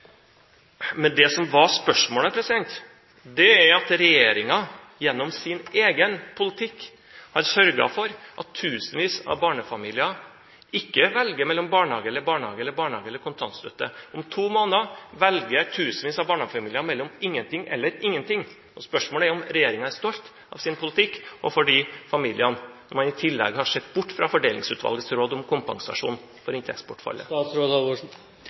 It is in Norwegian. Men det som spørsmålet dreide seg om, var at regjeringen gjennom sin egen politikk har sørget for at tusenvis av barnefamilier ikke velger mellom barnehage eller barnehage, eller barnehage eller kontantstøtte. Om to måneder velger tusenvis av barnefamilier mellom ingenting eller ingenting. Spørsmålet er om regjeringen er stolt av sin politikk overfor disse familiene, når man i tillegg har sett bort fra Fordelingsutvalgets råd om kompensasjon for inntektsbortfallet.